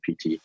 PT